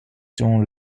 dont